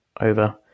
over